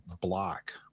block